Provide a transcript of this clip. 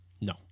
No